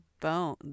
bone